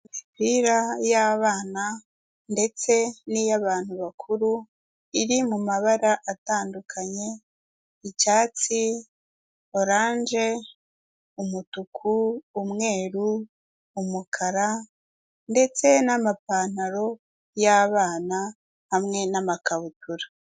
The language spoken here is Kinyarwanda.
imipira y'abana ndetse n'iy'abantu bakuru iri mu mabara atandukanye yi icyatsi ,orange, umutuku ,umweru ,umukara ndetse namapantaro y'abana hamwe n'amakabutura.